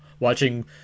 watching